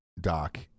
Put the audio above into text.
doc